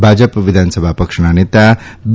ભાજપ વિધાનસભા પક્ષના નેતા બી